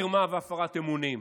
מרמה והפרת אמונים.